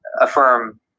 affirm